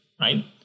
right